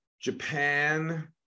Japan